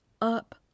up